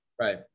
Right